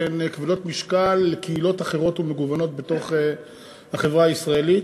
שהן כבדות משקל לקהילות אחרות ומגוונות בתוך החברה הישראלית.